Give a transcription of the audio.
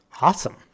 Awesome